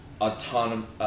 autonomous